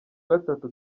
gatatu